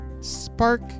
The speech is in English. Spark